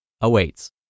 awaits